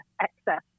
excess